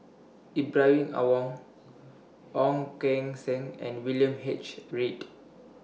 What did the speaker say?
Ibrahim Awang Ong Keng Sen and William H Read